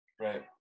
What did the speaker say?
Right